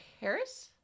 Harris